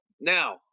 now